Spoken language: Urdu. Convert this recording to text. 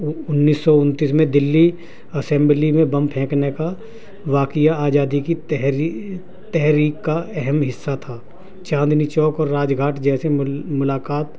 انیس سو انتیس میں دلی اسمبلی میں بم پھینکنے کا واقعہ آجادی کی تحری تحریک کا اہم حصہ تھا چاندنی چوک اور راج گھاٹ جیسے ملاقات